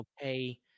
okay